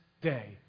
day